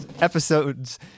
episode's